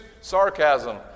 sarcasm